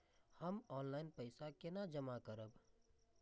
हम ऑनलाइन पैसा केना जमा करब?